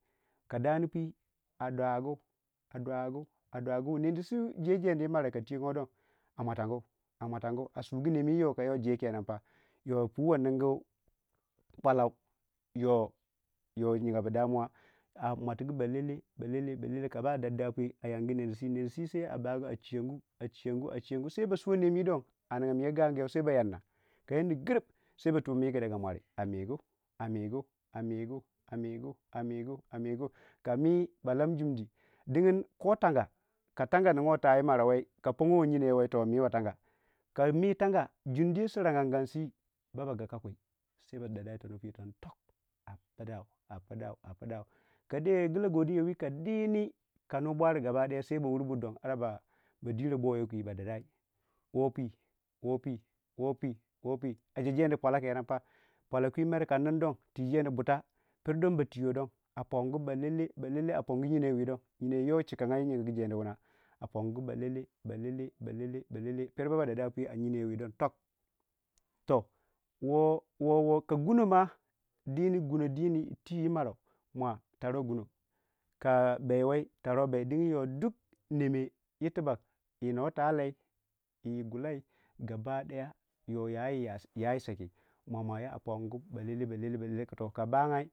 Ka putu pu a dagu a dagu nedu su je- jedu yii marau ka twii yongou a moutangu a moutongu a sugu nem wu yo ka jei kenen pa puwai ningu pwalau yo gyigabu damuwa a mwatugu balele balele balele ka ba darda pwii yo a yangu nedi su, yo nedisi sai a bau a chigangu a chiyangu a chinyangu sai ba suwa nem wus on a ningaman yo gaguyou sai ba yan ne grip ba toso migu daga mwari a migu, a migu, a migu a migu ka mi ba lam jundi dingin ko tanga ka tanga ningwai tau yii marau wai ka punguwai yinayou wai to miwai tana ko mi tanga jumdiyou su ranga su baba raka kwii sai ba dadai yii tono pwii kan tok a pidau a pidau, a pidau ka deii gila godin yo wii ka dini ka nuyii bori sai sai ba wuri buri don ba diro bouou kwii don ba dadayei pu woo pwi woo pwii woo pu woo pwii a je- jedi pwallau kenen pa pallau ke ka nindon twi jedi budta pero don ba twiiwe don a pongu balelle balelle a pongu yino you wii dong yinou wu yo chikanga yingu jedi wuna a pongu balelle balelle balelle pero baba dandai pwi yino yo win tok toh woo woo woo ka gu- no ma twii yi marau ma taruwai gu- no ka bewei tarwei bei digin yo neme wutibak na ta lai yo toh ruwei yo yawu seki.